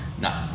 No